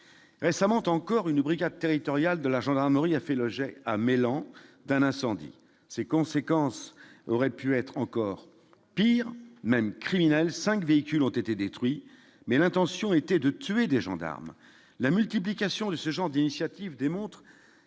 récemment encore, une brigade territoriale de la gendarmerie a fait l'objet à Meylan, d'un incendie, ses conséquences auraient pu être encore pire même criminel, 5 véhicules ont été détruits, mais l'intention était de tuer des gendarmes, la multiplication de ce genre d'initiative démontre